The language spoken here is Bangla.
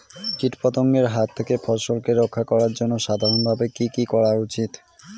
কীটপতঙ্গের হাত থেকে ফসলকে রক্ষা করার জন্য সাধারণভাবে কি কি করা উচিৎ?